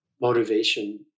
motivation